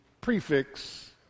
prefix